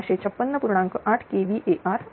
8kVAr आहे